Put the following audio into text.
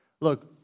Look